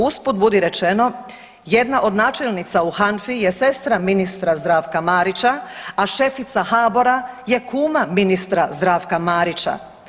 Usput budi rečeno jedna od načelnica u HANFA-i je sestra ministra Zdravka Marića, a šefica HBOR-a je kuma ministra Zdravka Marića.